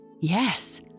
Yes